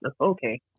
Okay